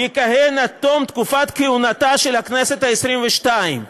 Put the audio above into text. יכהן עד תום תקופת כהונתה של הכנסת העשרים-ושתיים.